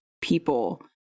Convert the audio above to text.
people